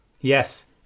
Yes